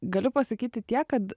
galiu pasakyti tiek kad